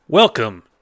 Welcome